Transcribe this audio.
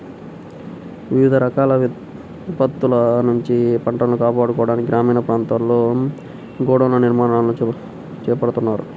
వివిధ రకాల విపత్తుల నుంచి పంటను కాపాడుకోవడానికి గ్రామీణ ప్రాంతాల్లో గోడౌన్ల నిర్మాణాలను చేపడుతున్నారు